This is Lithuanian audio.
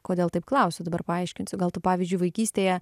kodėl taip klausiu dabar paaiškinsiu gal tu pavyzdžiui vaikystėje